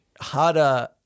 harder